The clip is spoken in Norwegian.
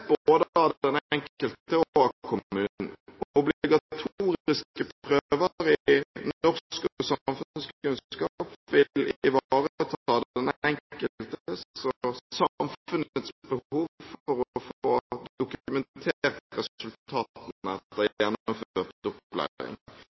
både av den enkelte og av kommunen. Obligatoriske prøver i norsk og samfunnskunnskap vil ivareta den enkeltes og samfunnets behov for å